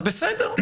אז בסדר,